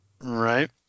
Right